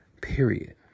Period